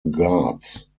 guards